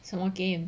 什么 game